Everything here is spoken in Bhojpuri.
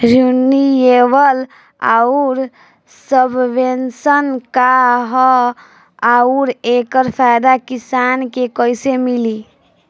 रिन्यूएबल आउर सबवेन्शन का ह आउर एकर फायदा किसान के कइसे मिली?